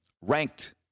ranked